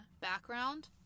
background